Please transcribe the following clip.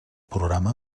programa